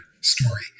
story